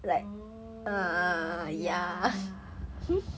oh ya